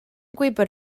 gwybod